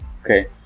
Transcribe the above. Okay